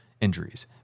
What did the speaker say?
injuries